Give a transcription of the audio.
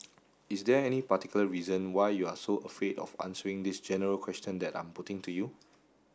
is there any particular reason why you are so afraid of answering this general question that I'm putting to you